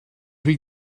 rhy